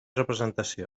representació